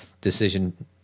decision